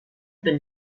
been